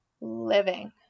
Living